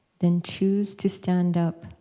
then choose to stand up.